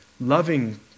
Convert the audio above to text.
loving